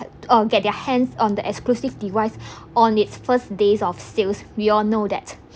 or get their hands on the exclusive device on its first days of sales we all know that